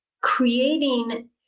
creating